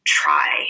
try